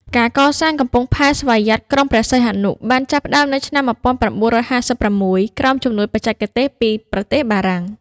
ការកសាងកំពង់ផែស្វយ័តក្រុងព្រះសីហនុបានចាប់ផ្តើមនៅឆ្នាំ ១៩៥៦ ក្រោមជំនួយបច្ចេកទេសពីប្រទេសបារាំង។